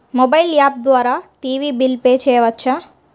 Mobile app ద్వారా TV bill pay చేయవచ్చా?